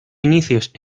inicios